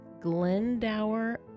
Glendower